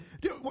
dude